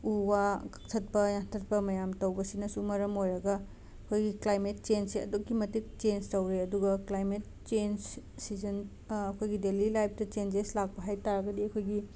ꯎ ꯋꯥ ꯀꯛꯊꯠꯄ ꯌꯥꯟꯊꯠꯄ ꯃꯌꯥꯝ ꯇꯧꯕꯁꯤꯅꯁꯨ ꯃꯔꯝ ꯑꯣꯏꯔꯒ ꯑꯩꯈꯣꯏꯒꯤ ꯀ꯭ꯂꯥꯏꯃꯦꯠ ꯆꯦꯟꯁꯁꯦ ꯑꯗꯨꯛꯀꯤ ꯃꯇꯤꯛ ꯆꯦꯟꯁ ꯇꯧꯒ꯭ꯔꯦ ꯑꯗꯨꯒ ꯀ꯭ꯂꯥꯏꯃꯦꯠ ꯆꯦꯟꯁ ꯁꯤꯖꯟ ꯑꯩꯈꯣꯏꯒꯤ ꯗꯦꯂꯤ ꯂꯥꯏꯞꯇ ꯆꯦꯟꯖꯦꯁ ꯂꯥꯛꯄ ꯍꯥꯏ ꯇꯥꯔꯒꯗꯤ ꯑꯩꯈꯣꯏꯒꯤ